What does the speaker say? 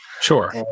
Sure